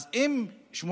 אז אם 80%,